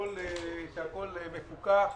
שהכול מפוקח,